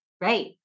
right